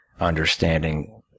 understanding